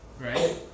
right